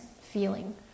feeling